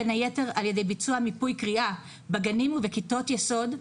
בין היתר על ידי ביצוע מיפוי קריאה בגנים ובכיתות יסוד,